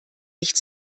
nicht